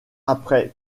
après